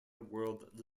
world